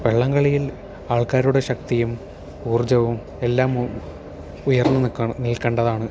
വള്ളംകളിയിൽ ആൾക്കാരുടെ ശക്തിയും ഊർജവും എല്ലാം ഉ ഉയർന്നുനിൽക്കണ നിൽകേണ്ടതാണ്